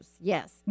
yes